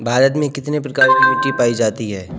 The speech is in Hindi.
भारत में कितने प्रकार की मिट्टी पाई जाती है?